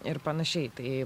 ir panašiai tai